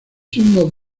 signos